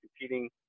competing